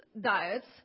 diets